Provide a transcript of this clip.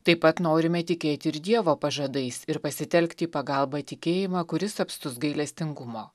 taip pat norime tikėti ir dievo pažadais ir pasitelkti į pagalbą tikėjimą kuris apstus gailestingumo